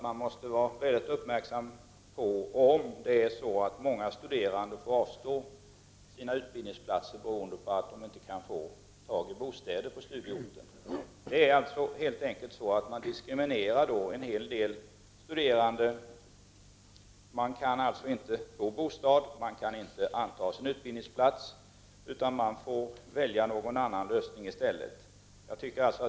Man måste vara uppmärksam på om många studerande får avstå från sina utbildningsplatser på grund av att de inte kan få tag i bostäder på studieorten. I så fall diskrimineras en hel del studerande genom att de till följd av att de inte kan få bostad således inte kan utnyttja sin utbildningsplats utan i stället får välja någon annan lösning.